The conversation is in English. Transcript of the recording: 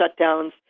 shutdowns